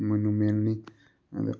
ꯃꯨꯅꯨꯃꯦꯟꯅꯤ ꯑꯗ